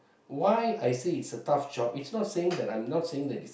why I say it's a tough job it's not saying that I'm not saying that